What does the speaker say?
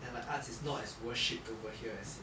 and like arts is not as worshipped over here as in